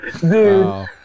Dude